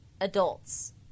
adults